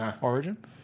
origin